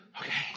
okay